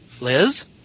Liz